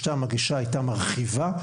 שם הגישה הייתה מרחיבה,